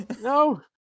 no